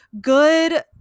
good